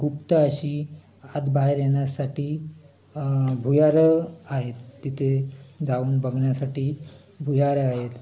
गुप्त अशी आत बाहेर येण्यासाठी भुयारं आहेत तिथे जाऊन बघन्यासाठी भुयारं आहेत